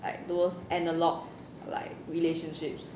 like those analog like relationships